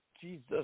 Jesus